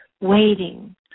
waiting